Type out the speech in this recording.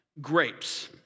grapes